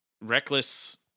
reckless